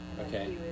Okay